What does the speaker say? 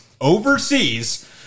overseas